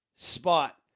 Spot